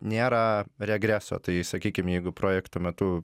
nėra regreso tai sakykim jeigu projekto metu